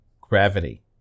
Gravity